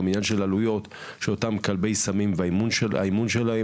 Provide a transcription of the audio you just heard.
עניין של עלויות של אותם כלבי סמים והאימונים שלהם,